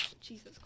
Jesus